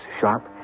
sharp